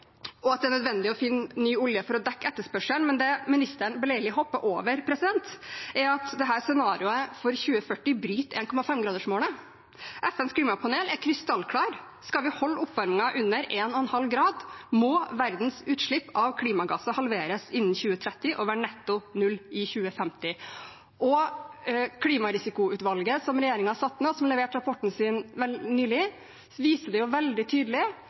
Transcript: og at det er nødvendig å finne ny olje for å dekke etterspørselen. Men det ministeren beleilig hopper over, er at dette scenarioet for 2040 bryter 1,5-gradersmålet. FNs klimapanel er krystallklare: Skal vi holde oppvarmingen under 1,5 grader, må verdens utslipp av klimagasser halveres innen 2030 og være netto null i 2050. Og Klimarisikoutvalget som regjeringen nedsatte, og som leverte rapporten sin nylig, viser veldig tydelig